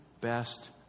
best